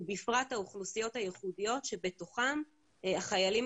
ובפרט האוכלוסיות הייחודיות שבתוכן החיילים